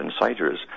insiders